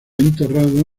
enterrado